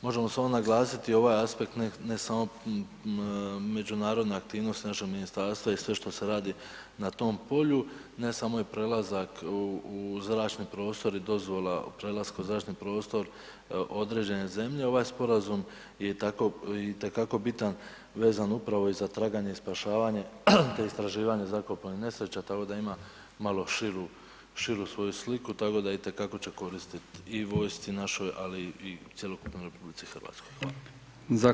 Možemo samo naglasiti ovaj aspekt ne samo međunarodne aktivnosti našeg ministarstva i sve što se radi na tom polju, ne samo i prelazak u zračni prostor i dozvola o prelasku u zračni prostor određene zemlje, ovaj sporazum je itekako bitan vezan upravo i za traganje i spašavanje te istraživanje zrakoplovnih nesreća tako da ima malo širu svoju sliku, tako da itekako će koristiti i vojsci našoj ali i cjelokupnoj RH, hvala.